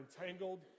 entangled